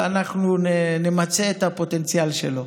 ואנחנו נמצה את הפוטנציאל שלו.